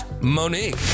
Monique